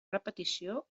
repetició